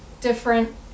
different